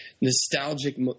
nostalgic